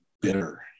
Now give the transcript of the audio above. bitter